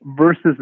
versus